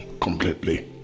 completely